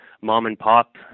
mom-and-pop